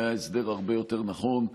היה הסדר הרבה יותר נכון.